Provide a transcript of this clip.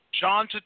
John